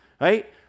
Right